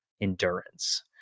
endurance